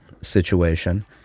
situation